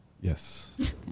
Yes